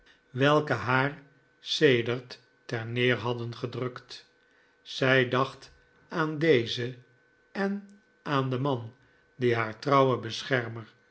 welke haar sedert ter neer hadden gedrukt zij dacht aan deze en aan den man die haar trouwe beschermer